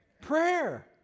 prayer